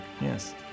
Yes